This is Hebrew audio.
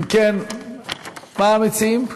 אם כן, מה מציעים?